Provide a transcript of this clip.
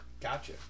Gotcha